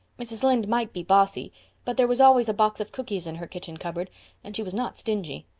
mrs. lynde might be bossy but there was always a box of cookies in her kitchen cupboard and she was not stingy.